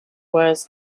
was